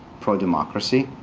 pro-democracy.